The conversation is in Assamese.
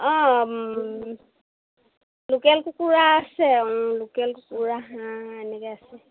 অঁ লোকেল কুকুৰা আছে লোকেল কুকুৰা হাঁ এনেকৈ আছে